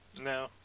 No